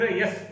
yes